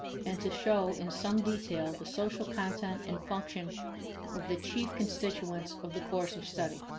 and to show in some detail the social content and function of the chief constituents of the course of study.